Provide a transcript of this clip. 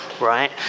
right